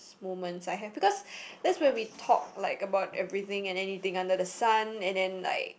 moments I have because that's where we talk like about everything and anything under the sun and then like